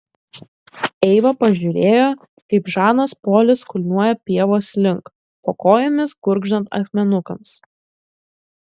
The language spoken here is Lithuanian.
eiva pažiūrėjo kaip žanas polis kulniuoja pievos link po kojomis gurgždant akmenukams